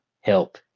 help